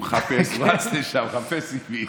הוא מחפש עם מי.